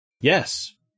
yes